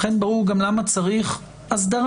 לכן ברור גם למה צריך הסדרה.